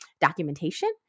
documentation